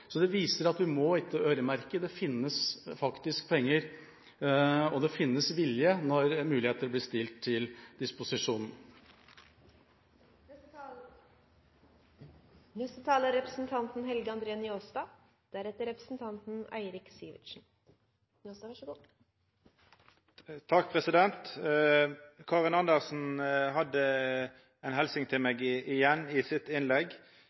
viser at vi må ikke øremerke. Det finnes faktisk penger, og det finnes vilje når muligheter blir stilt til